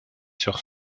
sur